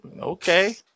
okay